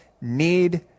need